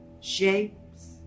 shapes